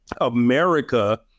america